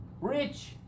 rich